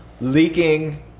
leaking